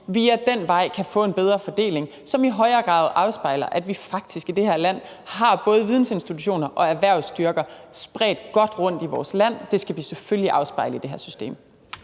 via den vej kan få en bedre fordeling, som i højere grad afspejler, at vi faktisk har både vidensinstitutioner og erhvervsstyrker spredt godt rundt i vores land. Det skal vi selvfølgelig afspejle i det her system.